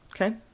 okay